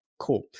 cool